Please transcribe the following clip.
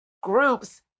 groups